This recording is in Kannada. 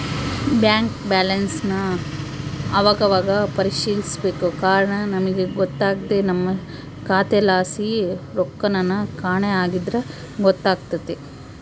ಬ್ಯಾಂಕ್ ಬ್ಯಾಲನ್ಸನ್ ಅವಾಗವಾಗ ಪರಿಶೀಲಿಸ್ಬೇಕು ಕಾರಣ ನಮಿಗ್ ಗೊತ್ತಾಗ್ದೆ ನಮ್ಮ ಖಾತೆಲಾಸಿ ರೊಕ್ಕೆನನ ಕಾಣೆ ಆಗಿದ್ರ ಗೊತ್ತಾತೆತೆ